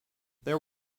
there